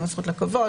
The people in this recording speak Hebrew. גם הזכות לכבוד,